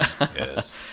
Yes